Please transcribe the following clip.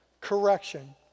correction